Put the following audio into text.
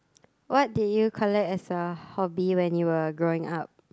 what did you collect as a hobby when you were growing up